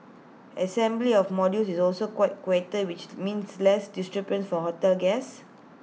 assembly of the modules is also quieter which means less disturbance for hotel guests